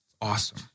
awesome